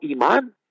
iman